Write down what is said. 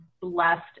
blessed